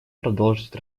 продолжить